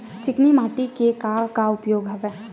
चिकनी माटी के का का उपयोग हवय?